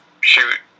shoot